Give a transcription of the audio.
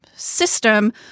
System